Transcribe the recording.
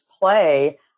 play